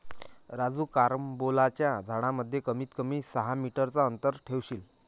राजू कारंबोलाच्या झाडांमध्ये कमीत कमी सहा मीटर चा अंतर ठेवशील